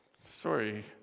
sorry